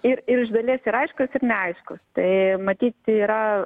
ir ir iš dalies ir aiškūs ir neaiškūs tai matyt yra